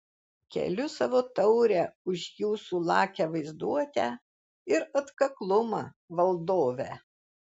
keliu savo taurę už jūsų lakią vaizduotę ir atkaklumą valdove